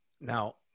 Now